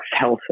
health